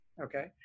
okay